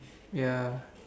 ya